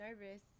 nervous